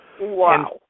Wow